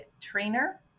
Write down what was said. trainer